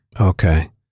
Okay